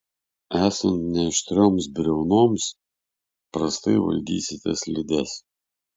esant neaštrioms briaunoms prastai valdysite slides